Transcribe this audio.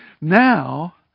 Now